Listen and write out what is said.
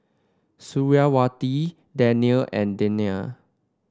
Suriawati Danial and Danial